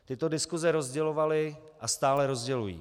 Tyto diskuse rozdělovaly a stále rozdělují.